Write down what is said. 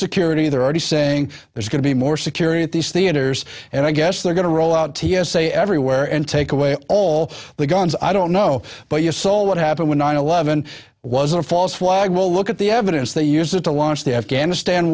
security they're already saying there's going to be more security at these theaters and i guess they're going to roll out t s a everywhere and take away all the guns i don't know but you saw what happened when nine eleven was a false flag well look at the evidence they used to launch the afghanistan